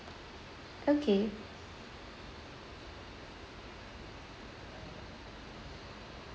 okay